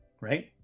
right